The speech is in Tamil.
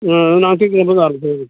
ஆ நான் திங்கள் கெழமலேருந்து ஆரம்பிச்சுட்றேங்க